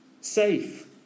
Safe